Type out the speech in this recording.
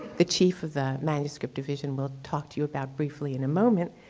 the chief of the manuscript division will talk to you about briefly in a moment.